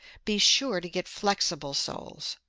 be sure to get flexible soles.